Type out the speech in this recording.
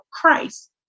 Christ